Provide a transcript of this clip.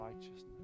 righteousness